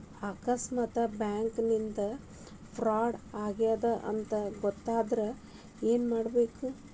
ಆಕಸ್ಮಾತ್ ಬ್ಯಾಂಕಿಂದಾ ಫ್ರಾಡ್ ಆಗೇದ್ ಅಂತ್ ಗೊತಾತಂದ್ರ ಏನ್ಮಾಡ್ಬೇಕು?